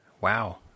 Wow